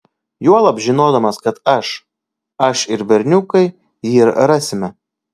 juolab žinodamas kad aš aš ir berniukai jį rasime